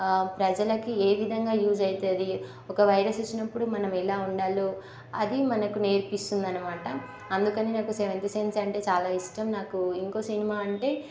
ప్రజలకి ఏ విధంగా యూస్ అవుతుంది ఒక వైరస్ వచ్చినప్పుడు మనం ఎలా ఉండాలో అది మనకు నేర్పిస్తుందన్నమాట అందుకని నాకు సెవెంత్ సెన్స్ అంటే చాలా ఇష్టం అలాగే నాకు ఇంకో సినిమా అంటే